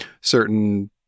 certain